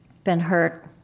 been hurt,